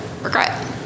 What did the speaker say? regret